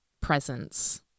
presence